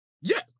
Yes